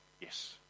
Yes